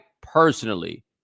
personally